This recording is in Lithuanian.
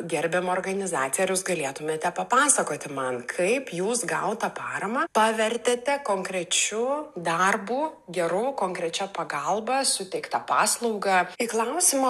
gerbiama organizacija ar jūs galėtumėte papasakoti man kaip jūs gautą paramą pavertėte konkrečiu darbu geru konkrečia pagalba suteikta paslauga į klausimą